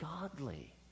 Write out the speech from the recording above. godly